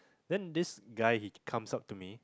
then this guy he comes up to me